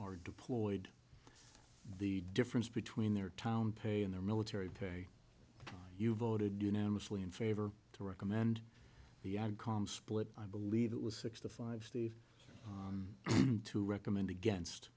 are deployed the difference between their town pay and their military pay you voted unanimously in favor to recommend the ad com split i believe it was six to five steve to recommend against